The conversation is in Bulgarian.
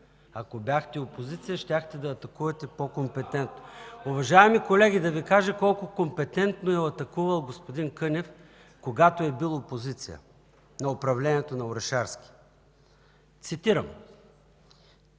Ако бяхте опозиция, щяхте да атакувате по-компетентно?! (Реплики от БСП ЛБ.) Уважаеми колеги, да Ви кажа колко компетентно е атакувал господин Кънев, когато е бил опозиция на управлението на Орешарски. Цитирам: